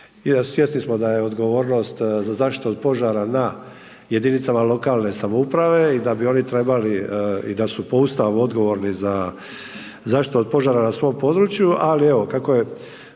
zaliha. Svjesni smo da je odgovornost za zaštitu od požara na jedinicama lokalne samouprave i da bi oni trebali i da su po Ustavu odgovorni za zaštitu od požara na svom području